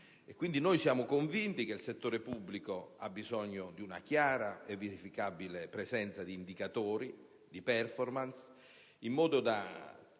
quindi convinti che il settore pubblico abbia bisogno di una chiara e verificabile presenza di indicatori di *performance,* in modo da